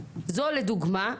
זו לדוגמא,